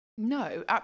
No